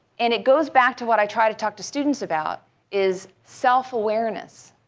and it goes back to what i try to talk to students about is self-awareness.